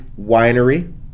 Winery